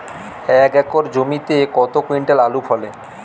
এক একর জমিতে কত কুইন্টাল আলু ফলে?